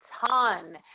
ton